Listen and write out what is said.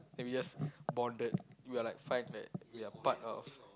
maybe just bonded we are like find that we are part of